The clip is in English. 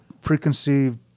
preconceived